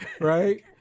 right